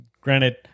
granted